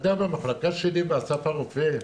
במחלקה שלי באסף הרופא,